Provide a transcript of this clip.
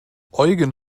eugen